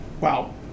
wow